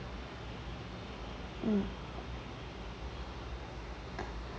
mm